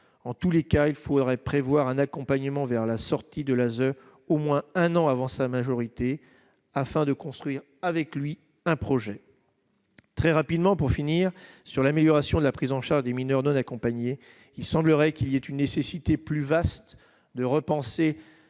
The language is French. en tous les cas, il faudrait prévoir un accompagnement vers la sortie de la zone au moins un an avant sa majorité afin de construire avec lui un projet. Très rapidement, pour finir sur l'amélioration de la prise en charge des mineurs non accompagnés, il semblerait qu'il y ait une nécessité plus vaste de repenser